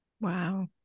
Wow